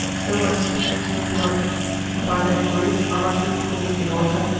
so are spirits in the blood and by that great artery called aorta,